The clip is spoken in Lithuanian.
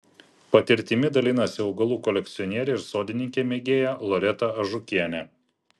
patirtimi dalinasi augalų kolekcionierė ir sodininkė mėgėja loreta ažukienė